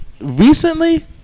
recently